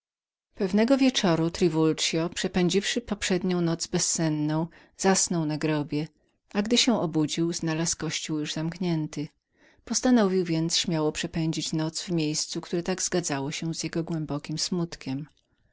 pewnego wieczoru triwuld przepędziwszy poprzednią noc bezsennie zasnął na grobie a gdy się obudził znalazł kościół już zamknięty postanowił więc śmiało przepędzić noc w miejscu które tak zgadzało się z jego głębokim smutkiem